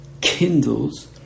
kindles